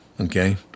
okay